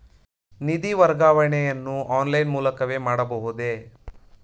ನಿಧಿ ವರ್ಗಾವಣೆಯನ್ನು ಆನ್ಲೈನ್ ಮೂಲಕವೇ ಮಾಡಬಹುದೇ?